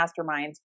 masterminds